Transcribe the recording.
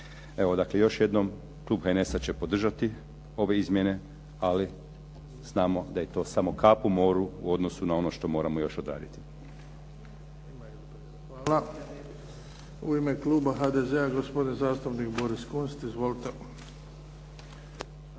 Evo dakle još jednom klub HNS-a će podržati ove izmjene, ali znamo da je to samo kap u moru u odnosu na ono što moramo još odraditi. **Bebić, Luka (HDZ)** Hvala. U ime kluba HDZ-a, gospodin zastupnik Boris Kunst. Izvolite.